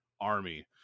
army